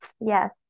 Yes